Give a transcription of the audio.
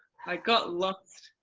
i got lost.